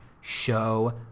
Show